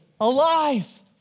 alive